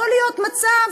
יכול להיות מצב